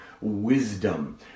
wisdom